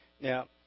Now